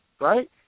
right